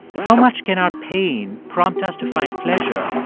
how much can our pain prompt us to find pleasure,